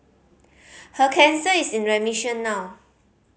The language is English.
her cancer is in remission now